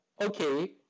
okay